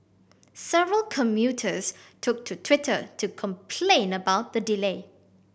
several commuters took to Twitter to complain about the delay